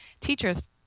teachers